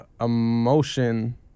emotion